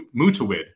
Mutawid